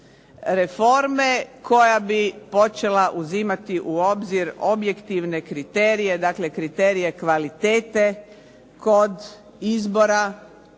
reforme koja bi počela uzimati u obzir objektivne kriterije, dakle kriterije kvalitete kod izbora